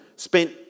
Spent